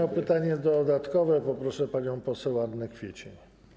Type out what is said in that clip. O pytanie dodatkowe poproszę panią poseł Annę Kwiecień.